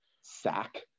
sack